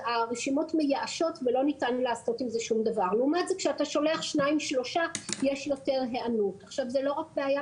השעה 10:00. אנחנו דנים בהצעה לדיון בסדר מהיר של חברי הכנסת אלינה